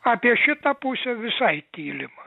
apie šitą pusę visai tylim